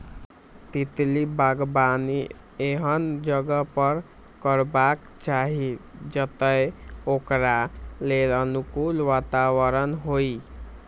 तितली बागबानी एहन जगह पर करबाक चाही, जतय ओकरा लेल अनुकूल वातावरण होइ